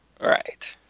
Right